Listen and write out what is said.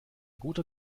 guter